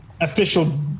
Official